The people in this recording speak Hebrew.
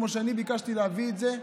כמו שאני ביקשתי להביא את זה,